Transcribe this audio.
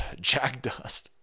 Jackdust